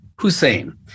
Hussein